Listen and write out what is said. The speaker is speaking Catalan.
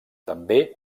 també